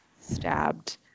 stabbed